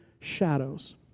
shadows